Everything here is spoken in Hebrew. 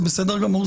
זה בסדר גמור,